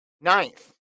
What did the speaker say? Ninth